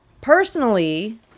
personally